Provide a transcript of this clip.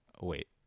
Wait